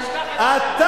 אני נאמן למדינה יותר ממך.